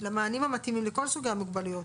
למענים המתאימים לכל סוגי המוגבלויות.